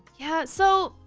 yeah, so.